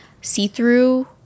See-through